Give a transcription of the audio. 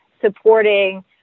supporting